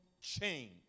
change